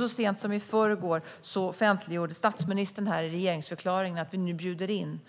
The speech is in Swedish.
Så sent som i förrgår offentliggjorde också statsministern i regeringsförklaringen att han nu bjuder in